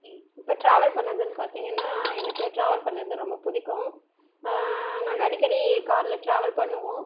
இ இப்போ ட்ராவல் பண்ணதுன்னு பார்த்திங்கன்னா எனக்கு ட்ராவல் பண்ணது ரொம்ப பிடிக்கும் நாங்கள் அடிக்கடி காரில் ட்ராவல் பண்ணுவோம்